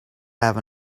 have